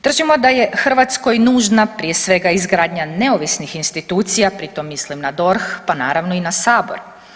Držimo da je Hrvatskoj nužna prije svega izgradnja neovisnih institucija, pri tom mislim na DORH, pa naravno i na sabor.